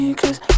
cause